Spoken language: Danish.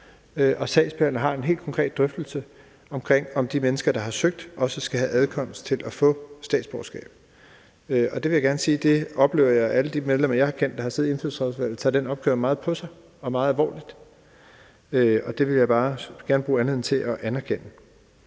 der sagsbehandler og har en helt konkret drøftelse om, hvorvidt de mennesker, der har søgt om statsborgerskab, også skal have adkomst til at få det. Der vil jeg gerne sige, at jeg oplever, at alle de medlemmer, jeg har kendt, og som har siddet i Indfødsretsudvalget, har taget den opgave meget på sig og meget alvorligt, og det vil jeg bare gerne bruge anledningen til at anerkende.